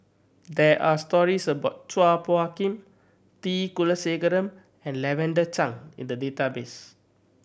there are stories about Chua Phung Kim T Kulasekaram and Lavender Chang in the database